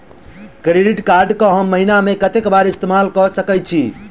Credit card कऽ हम महीना मे कत्तेक बेर इस्तेमाल कऽ सकय छी?